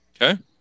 okay